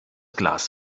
glas